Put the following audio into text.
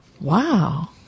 Wow